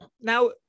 Now